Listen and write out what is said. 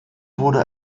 wurde